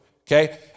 okay